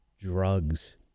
drugs